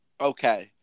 Okay